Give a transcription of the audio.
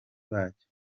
bacyo